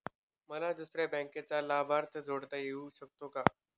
मला दुसऱ्या बँकेचा लाभार्थी जोडता येऊ शकतो का?